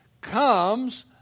comes